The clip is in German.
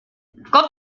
gott